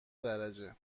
درجه